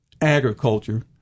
agriculture